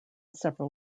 several